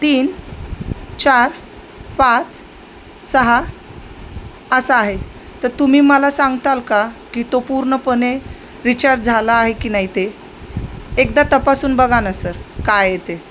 तीन चार पाच सहा असा आहे तर तुम्ही मला सांगताल का की तो पूर्णपणे रिचार्ज झाला आहे की नाही ते एकदा तपासून बघा न सर काय येते